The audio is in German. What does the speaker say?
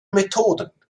methoden